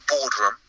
boardroom